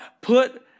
put